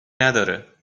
نداره